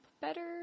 better